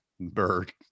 bird